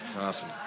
Awesome